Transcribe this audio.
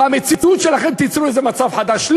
במציאות שלכם, לא תיצרו מצב חדש.